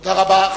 תודה רבה.